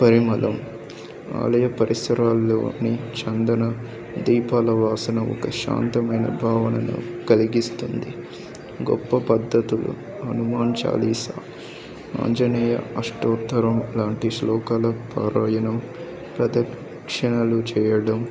పరిమళం ఆలయ పరిసరాల్లోని చందన దీపాల వాసన ఒక శాంతమైన భావనను కలిగిస్తుంది గొప్ప పద్ధతులు హనుమాన్ చాలీసా ఆంజనేయ అష్టోత్తరం లాంటి శ్లోకల పారాయణం ప్రదిక్షణలు చేయడం